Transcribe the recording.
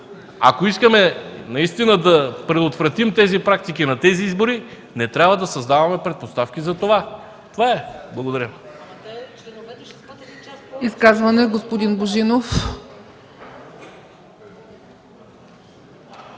Ако искаме наистина да предотвратим тези практики на изборите, не трябва да създаваме предпоставки за това. Това е. Благодаря.